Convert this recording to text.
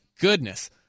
goodness